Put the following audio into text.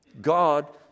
God